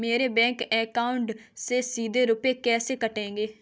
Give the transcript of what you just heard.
मेरे bank account से सीधे रुपए कैसे कटेंगे?